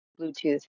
Bluetooth